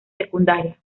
secundaria